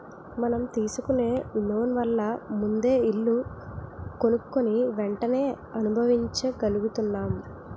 మనం తీసుకునే లోన్ వల్ల ముందే ఇల్లు కొనుక్కుని వెంటనే అనుభవించగలుగుతున్నాం